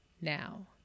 now